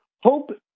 Hope